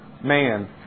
man